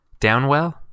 Downwell